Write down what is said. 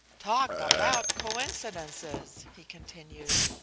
talk about coincidences! he continued.